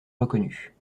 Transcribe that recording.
reconnue